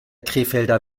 krefelder